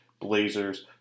Blazers